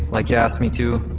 like you asked me to.